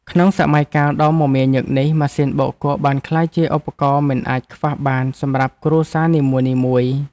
ក្នុងសម័យកាលដ៏មមាញឹកនេះ ម៉ាស៊ីនបោកគក់បានក្លាយជាឧបករណ៍មិនអាចខ្វះបានសម្រាប់គ្រួសារនីមួយៗ។